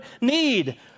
need